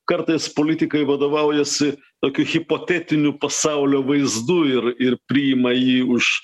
kartais politikai vadovaujasi tokiu hipotetiniu pasaulio vaizdu ir ir priima jį už